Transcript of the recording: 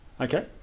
Okay